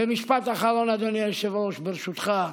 ומשפט אחרון, אדוני היושב-ראש, ברשותך.